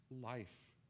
life